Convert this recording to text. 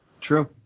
True